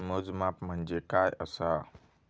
मोजमाप म्हणजे काय असा?